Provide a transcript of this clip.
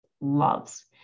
loves